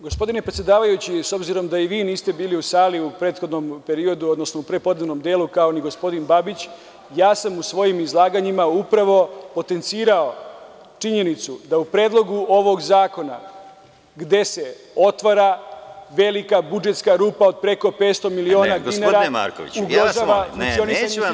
Gospodine predsedavajući, s obzirom da i vi niste bili u sali u prethodnom periodu, odnosno u prepodnevnom delu, kao ni gospodin Babić, ja sam u svojim izlaganjima upravo potencirao činjenicu da u Predlogu ovog zakona, gde se otvara velika budžetska rupa od preko 500 miliona dinara ugrožava funkcionisanje institucije…